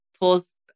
pulls